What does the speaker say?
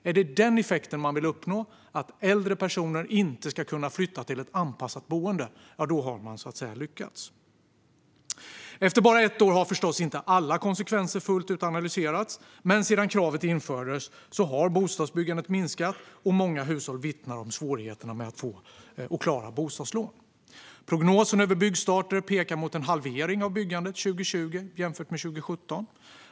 Är det denna effekt man vill uppnå - att äldre personer inte ska kunna flytta till ett anpassat boende? Då har man lyckats. Efter bara ett år har förstås inte alla konsekvenser fullt ut analyserats. Sedan kravet infördes har dock bostadsbyggandet minskat, och många hushåll vittnar om svårigheterna att få och klara bostadslån. Prognosen över byggstarter pekar mot en halvering av byggandet 2020 jämfört med 2017.